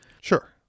Sure